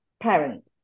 parents